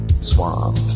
Swamp